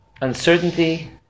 Uncertainty